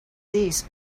these